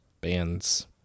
bands